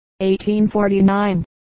1849